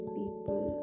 people